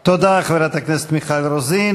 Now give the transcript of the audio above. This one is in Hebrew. תודה, חברת הכנסת מיכל רוזין.